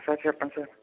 sir చెప్పండి sir